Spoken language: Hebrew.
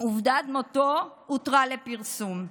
עובדת מותו הותרה לפרסום.